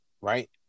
right